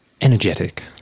energetic